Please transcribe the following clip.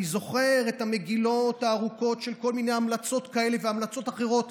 אני זוכר את המגילות הארוכות של כל מיני המלצות כאלה והמלצות אחרות.